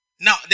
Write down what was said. Now